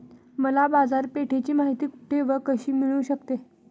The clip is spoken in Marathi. मला बाजारपेठेची माहिती कुठे व कशी मिळू शकते?